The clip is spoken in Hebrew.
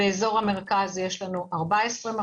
באזור המרכז 14,